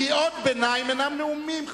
קריאות ביניים אינן נאומים,